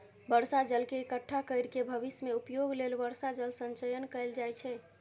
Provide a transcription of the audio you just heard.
बर्षा जल के इकट्ठा कैर के भविष्य मे उपयोग लेल वर्षा जल संचयन कैल जाइ छै